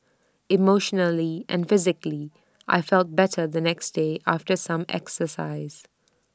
emotionally and physically I felt better the next day after some exercise